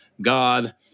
God